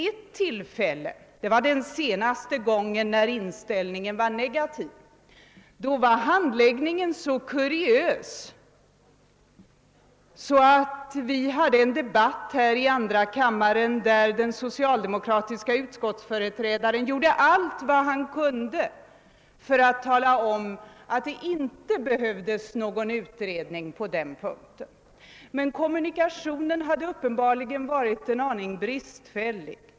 När vi se nast behandlade den frågan var handläggningen mycket kuriös. Vi hade en debatt här i andra kammaren där den socialdemokratiske utskottsföreträdaren gjorde allt vad han kunde för att tala om att det inte behövdes någon utredning. Men kommunikationen hade uppenbarligen varit en aning bristfällig.